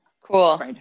cool